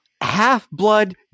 half-blood